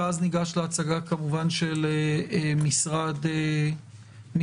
ואז ניגש להצגה כמובן של משרד הבריאות.